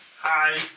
Hi